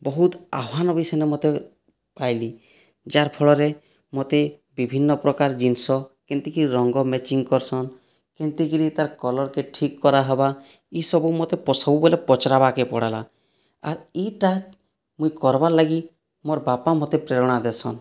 ବହୁତ୍ ଆହ୍ୱାନ ବି ସେନ ମତେ ପାଇଲି ଯାହାର ଫଳରେ ମୋତେ ବିଭିନ୍ନପ୍ରକାର୍ ଜିନିଷ କେମତିକି ରଙ୍ଗ ମ୍ୟାଚିଙ୍ଗ୍ କର୍ସନ୍ କେନ୍ତିକିରି ତାର୍ କଲର୍କେ ଠିକ୍ କରାହେବା ଇସବୁ ମୋତେ ସବୁବେଳେ ମତେ ପଚ୍ରାବାକେ ପଡ଼୍ଲା ଆର୍ ଇଟା ମୁଇଁ କର୍ବାର୍ ଲାଗି ମୋର୍ ବାପା ମୋତେ ପ୍ରେରଣା ଦେସନ୍